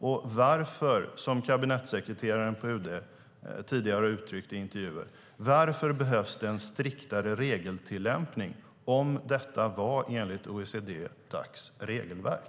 Och varför, som kabinettssekreteraren på UD tidigare har uttryckt i intervjuer, behövs en striktare regeltillämpning om detta var enligt OECD-Dacs regelverk?